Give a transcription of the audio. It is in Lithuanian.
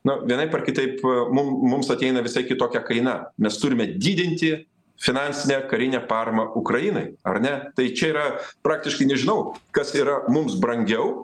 na vienaip ar kitaip mum mums ateina visai kitokia kaina mes turime didinti finansinę karinę paramą ukrainai ar ne tai čia yra praktiškai nežinau kas yra mums brangiau